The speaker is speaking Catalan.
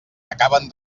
acaben